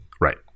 right